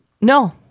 No